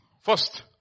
First